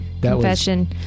confession